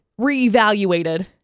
reevaluated